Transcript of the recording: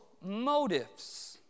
motives